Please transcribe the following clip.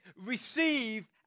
receive